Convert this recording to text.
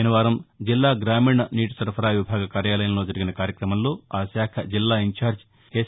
శనివారం జిల్లా గ్రామీణ నీటిసరఫరా విభాగ కార్యాలయంలో జరిగిన కార్యక్రమంలో ఆ శాఖ జిల్లా ఇన్ఛార్జి ఎస్